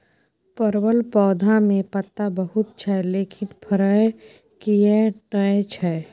परवल पौधा में पत्ता बहुत छै लेकिन फरय किये नय छै?